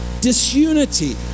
disunity